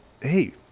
Hey